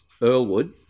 Earlwood